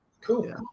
cool